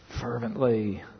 fervently